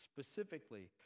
specifically